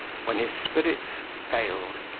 when his spirits failed,